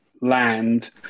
land